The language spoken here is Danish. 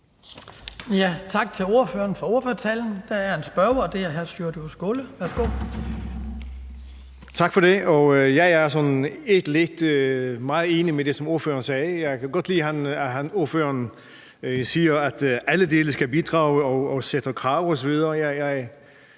Jeg er meget enig i det, ordføreren sagde. Jeg kan godt lide, at ordføreren siger, at alle dele skal bidrage og stille krav osv.